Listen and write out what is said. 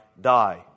die